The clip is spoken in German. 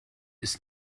ist